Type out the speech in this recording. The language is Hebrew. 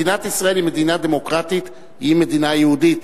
מדינת ישראל היא מדינה דמוקרטית והיא מדינה יהודית.